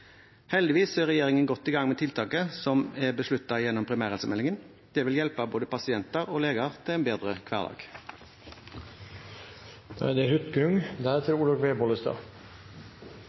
Heldigvis er regjeringen godt i gang med tiltakene som er besluttet gjennom primærhelsemeldingen. Det vil hjelpe både pasienter og leger til en bedre hverdag. Det er bred politisk enighet om at det